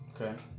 Okay